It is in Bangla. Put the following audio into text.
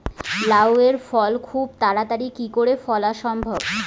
লাউ এর ফল খুব তাড়াতাড়ি কি করে ফলা সম্ভব?